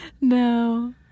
No